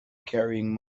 carrying